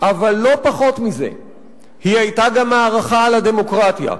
אבל לא פחות מזה היא היתה גם מערכה על הדמוקרטיה,